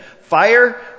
Fire